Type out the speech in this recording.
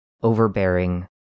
overbearing